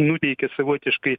nuteikia savotiškai